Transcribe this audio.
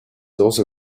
also